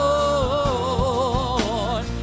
Lord